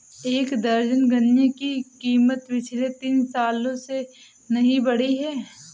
एक दर्जन गन्ने की कीमत पिछले तीन सालों से नही बढ़ी है